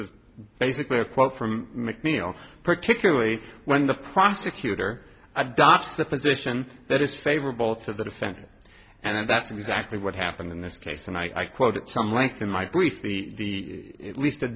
is basically a quote from mcneil particularly when the prosecutor adopts the position that is favorable to the defendant and that's exactly what happened in this case and i quote at some length in my briefs the at least a